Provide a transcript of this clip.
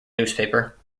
newspaper